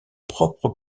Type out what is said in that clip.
propre